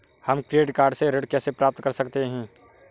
हम credit card से ऋण कैसे प्राप्त कर सकते हैं?